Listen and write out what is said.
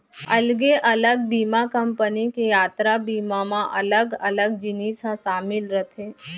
अलगे अलग बीमा कंपनी के यातरा बीमा म अलग अलग जिनिस ह सामिल रथे